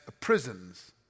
prisons